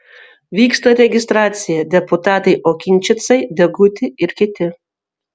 vyksta registracija deputatai okinčicai deguti ir kiti